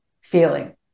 feeling